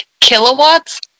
kilowatts